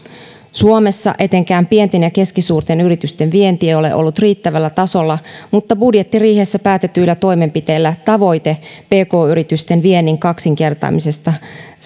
suomessa etenkään pienten ja keskisuurten yritysten vienti ei ole ollut riittävällä tasolla mutta budjettiriihessä päätetyillä toimenpiteillä tavoite pk yritysten viennin kaksinkertaistamisesta